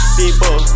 people